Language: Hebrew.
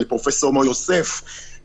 לפרופסור מור-יוסף,